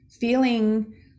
feeling